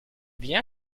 bien